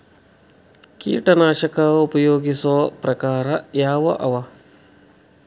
ಕೀಟನಾಶಕ ಉಪಯೋಗಿಸೊ ಪ್ರಕಾರ ಯಾವ ಅವ?